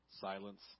silence